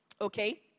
okay